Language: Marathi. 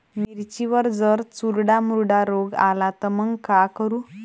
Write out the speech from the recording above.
मिर्चीवर जर चुर्डा मुर्डा रोग आला त मंग का करू?